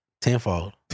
Tenfold